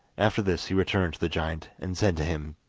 after this he returned to the giant, and said to him